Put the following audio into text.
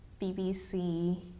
BBC